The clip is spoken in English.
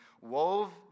wove